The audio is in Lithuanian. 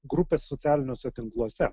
grupės socialiniuose tinkluose